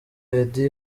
eddy